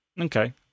Okay